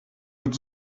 wird